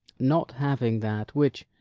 not having that which,